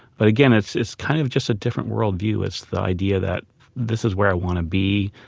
but again, it's it's kind of just a different worldview. it's the idea that this is where i want to be.